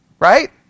Right